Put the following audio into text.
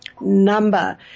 number